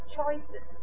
choices